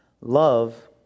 Love